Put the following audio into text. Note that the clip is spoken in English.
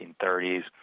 1930s